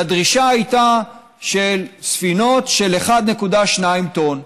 והדרישה הייתה לספינות של 1.2 טון.